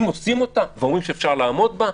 אם עושים אותה ואומרים שאפשר לעמוד בה,